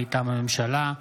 מטעם הממשלה: